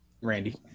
Randy